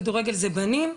כדורגל זה בנים,